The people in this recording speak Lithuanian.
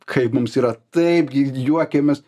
kaip mums yra taipgi juokiamės